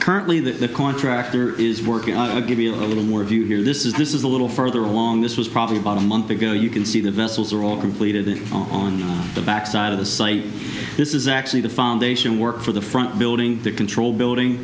currently the contractor is working i'll give you a little more view here this is this is a little further along this was probably about a month ago you can see the vessels are all completed on the back side of the site this is actually the foundation work for the front building control building